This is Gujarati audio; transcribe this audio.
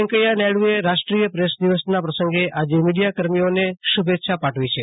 વેકૈયા નાયડુએ રાષ્ટ્રીય પ્રેસ દિવસના પ્રસંગે આજે મીડીયા કર્મીઓને શુ ભે ચ્છા પાઠવી છે